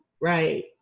Right